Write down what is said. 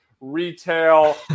retail